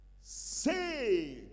Say